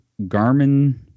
Garmin